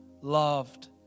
loved